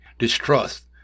distrust